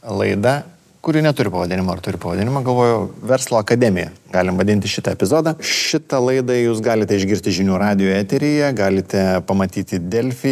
laida kuri neturi pavadinimo ar turi pavadinimą galvojau verslo akademija galim vadinti šitą epizodą šitą laidą jūs galite išgirsti žinių radijo eteryje galite pamatyti delfi